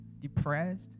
depressed